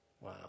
Wow